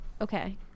Okay